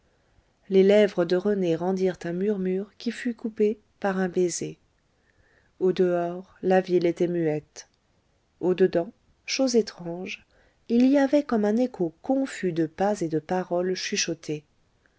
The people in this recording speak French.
les lèvres de rené rendirent un murmure qui fut coupé par un baiser au dehors la ville était muette au dedans chose étrange il y avait comme un écho confus de pas et de paroles chuchotées